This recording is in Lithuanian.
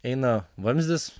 eina vamzdis